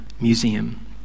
museum